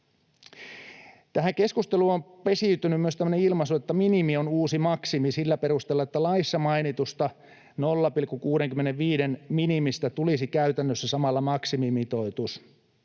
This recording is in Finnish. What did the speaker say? Tähän keskusteluun on pesiytynyt myös tämmöinen ilmaisu, että ”minimi on uusi maksimi” sillä perusteella, että laissa mainitusta 0,65:n minimistä tulisi käytännössä samalla maksimimitoitus.